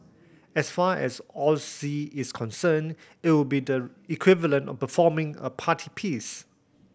as far as O Z is concerned it would be the equivalent of performing a party piece